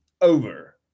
over